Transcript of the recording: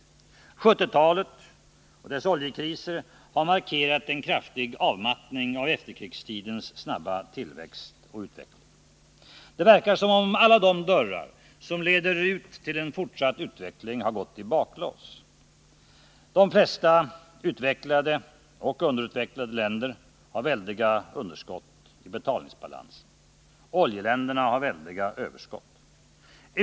1970-talet och dess oljekriser har markerat en kraftig avmattning av efterkrigstidens snabba tillväxt och utveckling. Det verkar som om alla de dörrar som leder ut till en fortsatt utveckling har gått i baklås. De flesta utvecklade och underutvecklade länder har väldiga underskott i betalningsbalansen. Oljeländerna har väldiga överskott.